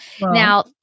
Now